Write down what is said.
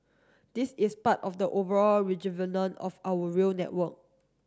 this is part of the overall rejuvenate of our rail network